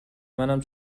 منم